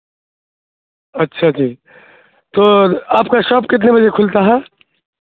اچھا جی تو آپ کا شاپ کتنے بجے کھلتا ہے